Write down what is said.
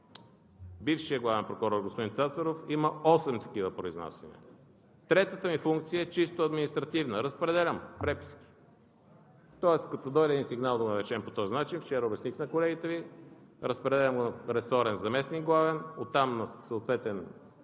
бившият главен прокурор господин Цацаров има осем такива произнасяния. Третата ми функция е чисто административна. Разпределям преписки. Тоест като дойде един сигнал, да го наречем по този начин – вчера обясних на колегите Ви, го разпределям на ресорен заместник-главен, оттам отива на съответен